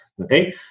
Okay